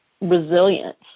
resilience